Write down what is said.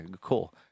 Cool